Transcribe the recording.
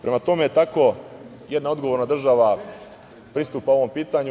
Prema tome, tako jedna odgovorna država pristupa ovom pitanju.